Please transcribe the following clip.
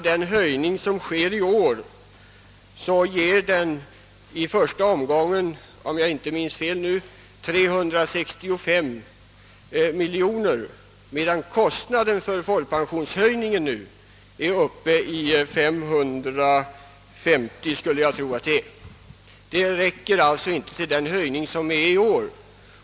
Den höjning som genomföres i år ger i första omgången ca 365 miljoner, medan kostnaderna för höjningen av folkpensionen uppgår till 5360 miljoner kronor. Avgiftshöjningen räcker sålunda inte i år till folkpensionshöjningen.